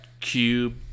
cube